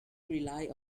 rely